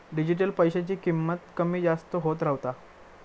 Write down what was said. digital पैशाची किंमत कमी जास्त होत रव्हता